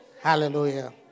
Hallelujah